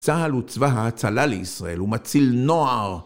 צה"ל וצבא ההצלה לישראל ומציל נוער.